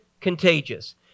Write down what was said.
contagious